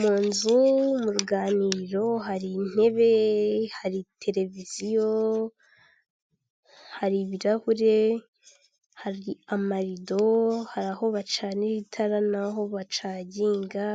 Mu nzu, mu ruganiriro, hari intebe, hari tereviziyo, hari ibirahure, hari amarido, hari aho bacanira itara n'aho bacagiga,